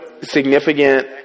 significant